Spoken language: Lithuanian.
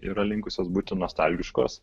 yra linkusios būti nostalgiškos